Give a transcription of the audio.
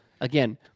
again